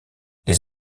les